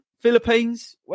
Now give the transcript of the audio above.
Philippines